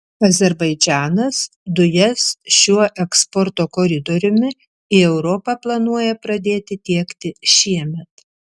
azerbaidžanas dujas šiuo eksporto koridoriumi į europą planuoja pradėti tiekti šiemet